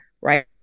Right